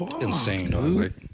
insane